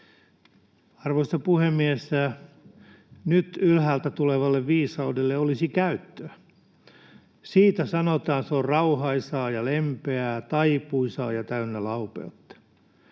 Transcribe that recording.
Arvoisa puhemies! Nyt ylhäältä tulevalle viisaudelle olisi käyttöä. Siitä sanotaan, että se on rauhaisaa, lempeää ja taipuisaa ja täynnä laupeutta.